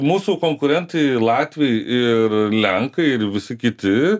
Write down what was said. mūsų konkurentai latviai ir lenkai ir visi kiti